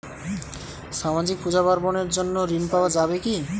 সামাজিক পূজা পার্বণ এর জন্য ঋণ পাওয়া যাবে কি?